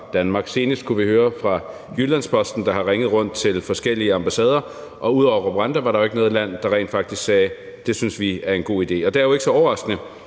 Danmark. Senest kunne vi læse i Jyllands-Posten, der har ringet rundt til forskellige ambassader, at der ud over Rwanda ikke var noget land, der rent faktisk sagde, at det syntes de var en god idé. Og det er jo ikke så overraskende,